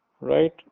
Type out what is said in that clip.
right